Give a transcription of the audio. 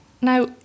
Now